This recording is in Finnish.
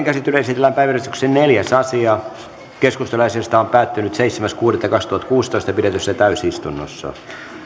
käsittelyyn esitellään päiväjärjestyksen neljäs asia keskustelu asiasta päättyi seitsemäs kuudetta kaksituhattakuusitoista pidetyssä täysistunnossa